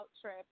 trip